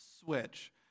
switch